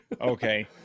okay